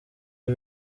ibi